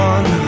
One